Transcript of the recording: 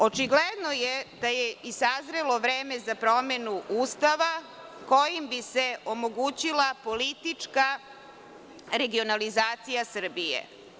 Očigledno je da je i sazrelo vreme za promenu Ustava kojim bi se omogućila politička regionalizacija Srbije.